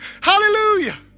Hallelujah